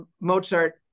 Mozart